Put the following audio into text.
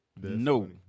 No